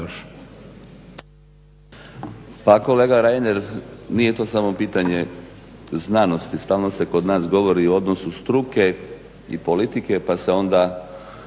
Pa kolega Reiner nije to samo pitanje znanosti. Stalno se kod nas govori i o odnosu struke i politike pa se onda